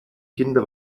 kinder